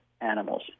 animals